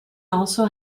also